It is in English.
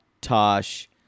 Tosh